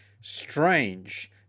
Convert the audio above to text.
strange